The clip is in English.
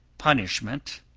punishment,